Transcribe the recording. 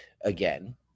again